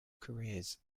careers